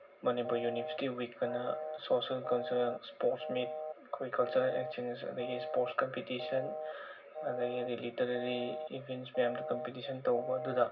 Manipur university ꯋꯤꯛꯑꯅ social cultural sports meet ꯑꯩꯈꯣꯏ cultural exhibition ꯑꯗꯒꯤ ꯏꯁꯄꯣꯔꯠ ꯀꯝꯄꯤꯇꯤꯁꯟ ꯑꯗꯒꯤꯗꯤ ꯂꯤꯇꯔꯦꯂꯤ ꯏꯚꯦꯟꯁ ꯃꯌꯥꯝꯗꯣ ꯀꯝꯄꯤꯇꯤꯁꯟ ꯇꯧꯕꯗꯨꯗ